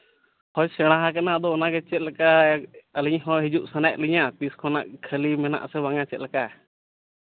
ᱦᱳᱭ ᱥᱮᱬᱟ ᱠᱟᱱᱟ ᱟᱫᱚ ᱚᱱᱟ ᱜᱮ ᱪᱮᱫ ᱞᱮᱠᱟ ᱟᱹᱞᱤᱧ ᱦᱚᱸ ᱦᱤᱡᱩᱜ ᱥᱟᱱᱟᱭᱮᱫ ᱞᱮᱧᱟᱹ ᱥᱤᱴ ᱠᱚ ᱱᱟᱦᱟᱜ ᱠᱷᱟᱹᱞᱤ ᱢᱮᱱᱟᱜᱼᱟᱥᱮ ᱵᱟᱝᱼᱟ ᱪᱮᱫ ᱞᱮᱠᱟ